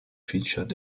featured